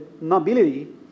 nobility